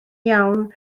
iawn